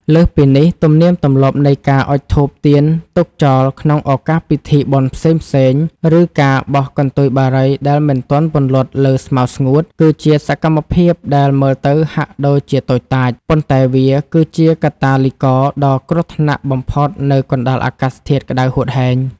លើសពីនេះ ទំនៀមទម្លាប់នៃការអុជធូបទៀនទុកចោលក្នុងឱកាសពិធីបុណ្យផ្សេងៗ ឬការបោះកន្ទុយបារីដែលមិនទាន់ពន្លត់លើស្មៅស្ងួត គឺជាសកម្មភាពដែលមើលទៅហាក់ដូចជាតូចតាច ប៉ុន្តែវាគឺជាកាតាលីករដ៏គ្រោះថ្នាក់បំផុតនៅកណ្ដាលអាកាសធាតុក្ដៅហួតហែង។